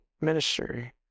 ministry